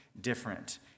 different